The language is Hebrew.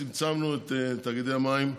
צמצמנו את מספר תאגידי המים ל-11.